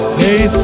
hey